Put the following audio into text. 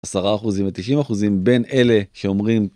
10 אחוזים ו-90 אחוזים בין אלה שאומרים